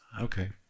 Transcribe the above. Okay